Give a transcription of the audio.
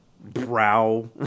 brow